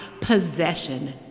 possession